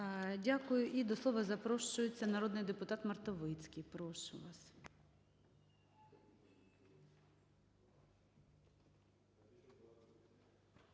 Дякую. І до слова запрошується народний депутат Мартовицький. Прошу вас.